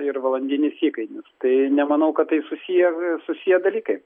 ir valandinis įkainis tai nemanau kad tai susiję susiję dalykai